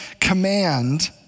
command